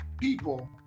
people